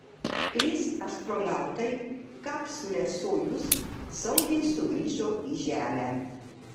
trys astronautai kapsule sojuz saugiai sugrįžo į žemę